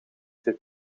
zit